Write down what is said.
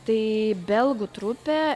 tai belgų trupė